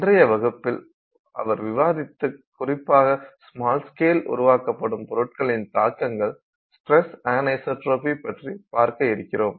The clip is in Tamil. இன்றைய வகுப்பில் அவர் விவாதித்த குறிப்பாகப் ஸ்மால் ஸ்கேல் உருவாக்கப்படும் பொருட்களின் தாக்கங்கள் ஸ்ட்ரஸ் அன்ஐசோட்ரோபி பற்றிப் பார்க்கயிருக்கிறோம்